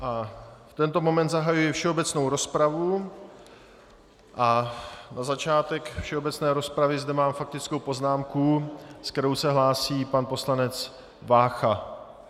V tento moment zahajuji všeobecnou rozpravu a na začátek všeobecné rozpravy zde mám faktickou poznámku, s kterou se hlásí pan poslanec Vácha.